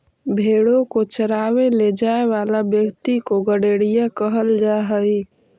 भेंड़ों को चरावे ले जाए वाला व्यक्ति को गड़ेरिया कहल जा हई